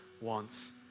wants